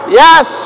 yes